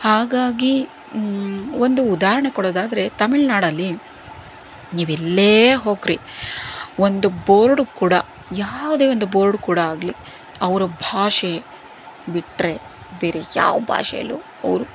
ಹಾಗಾಗಿ ಒಂದು ಉದಾಹರಣೆ ಕೊಡೋದಾದ್ರೆ ತಮಿಳುನಾಡಲ್ಲಿ ನೀವು ಎಲ್ಲೇ ಹೋಗ್ರಿ ಒಂದು ಬೋರ್ಡ್ ಕೂಡ ಯಾವುದೇ ಒಂದು ಬೋರ್ಡ್ ಕೂಡ ಆಗಲಿ ಅವರ ಭಾಷೆ ಬಿಟ್ರೆ ಬೇರೆ ಯಾವ ಭಾಷೇಲೂ ಅವರು